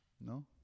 no